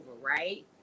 right